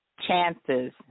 chances